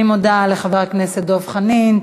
אני מודה לחבר הכנסת דב חנין.